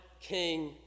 King